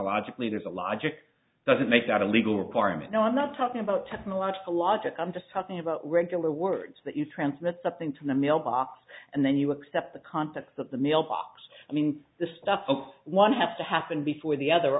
a logic doesn't make that a legal requirement no i'm not talking about technological logic i'm just talking about regular words that you transmit something to the mailbox and then you accept the contents of the mailbox i mean the stuff one has to happen before the other